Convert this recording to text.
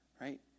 Right